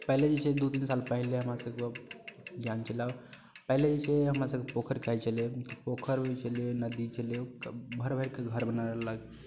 पहिले जे छै दू तीन साल पहिले हमरासभके ज्ञान छलए पहिले जे छै हमरा सभके पोखरि कहैत छलै पोखरि होइ छलै नदी छलै ओकरा भरि भरि कऽ घर बना लेलक